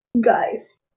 guys